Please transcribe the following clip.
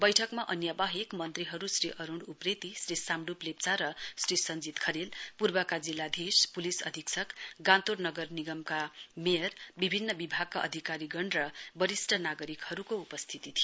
बैठकमा अन्यबाहेक मन्त्रीहरू श्री अरूण उप्रेती श्री साम्डुप लेप्चा र श्री सञ्जीत खरेल पूर्वका जिल्लाधीश पुलिस अधीक्षक गान्तोक नगर निगमका मेयर विभिन्न विभागका अधिकारीगण वरिष्ट नागरिकहरूको उपस्थिति थियो